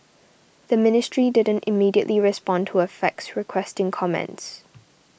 the ministry didn't immediately respond to a fax requesting comments